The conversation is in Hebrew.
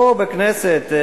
פה, בכנסת,